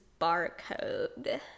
barcode